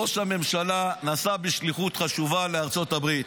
ראש הממשלה נסע בשליחות חשובה לארצות הברית.